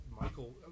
Michael